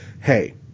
hey